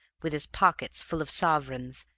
with his pocket full of sovereigns,